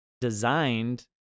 designed